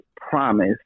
promise